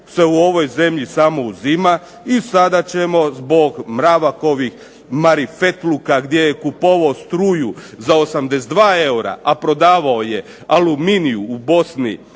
se u ovoj zemlji samo uzima, i sada ćemo zbog Mravakovih marifetluka gdje je kupovao struju za 82 eura, a prodavao je aluminiju u Bosni